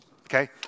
okay